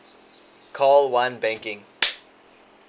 call one banking